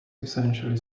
essentially